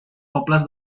pobles